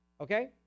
okay